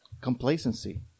complacency